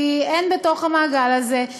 כי הן בתוך המעגל הזה,